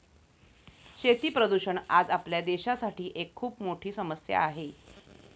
शेती प्रदूषण आज आपल्या देशासाठी एक खूप मोठी समस्या आहे